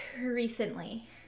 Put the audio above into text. recently